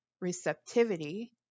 receptivity